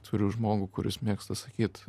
turiu žmogų kuris mėgsta sakyt